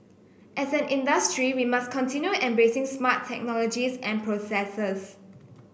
as an industry we must continue embracing smart technologies and processes